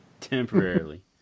temporarily